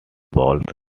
bowls